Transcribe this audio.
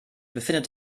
befindet